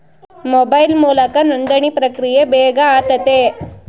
mobile ಮೂಲಕ ನೋಂದಣಿ ಪ್ರಕ್ರಿಯೆ ಬೇಗ ಆತತೆ